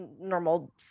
normal